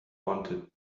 wanted